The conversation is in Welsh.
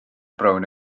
brown